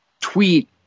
tweet